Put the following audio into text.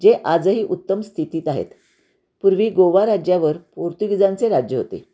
जे आजही उत्तम स्थितीत आहेत पूर्वी गोवा राज्यावर पोर्तुगिजांचे राज्य होते